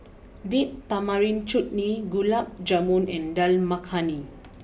date Tamarind Chutney Gulab Jamun and Dal Makhani